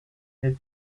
nel